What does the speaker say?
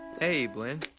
hey blynn.